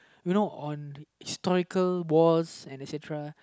you know on historical wars and etc